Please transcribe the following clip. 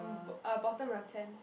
mm b~ uh bottom of the tent